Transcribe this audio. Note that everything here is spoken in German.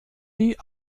die